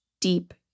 deep